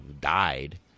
died